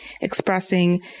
expressing